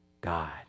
God